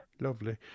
Lovely